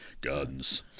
Guns